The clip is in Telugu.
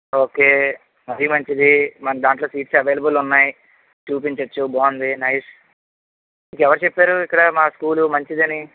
ఓకే మరీ మంచిది మన దాంట్లో సీట్స్ ఎవైలబుల్ ఉన్నాయ్ చూపించచ్చు బాగుంది నైస్ ఎవరు చెప్పారు ఇక్కడ మా స్కూలు మంచిదని